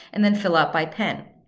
and then fill out by pen.